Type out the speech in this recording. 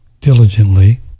diligently